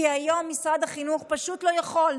כי היום משרד החינוך פשוט לא יכול.